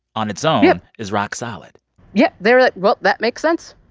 on its own. yup. is rock solid yup. they were like, well, that makes sense.